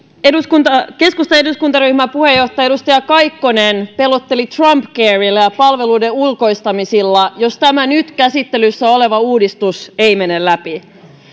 keskustan eduskuntaryhmän puheenjohtaja edustaja kaikkonen pelotteli trumpcarella ja palveluiden ulkoistamisilla jos tämä nyt käsittelyssä oleva uudistus ei mene läpi